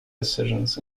decisions